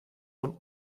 von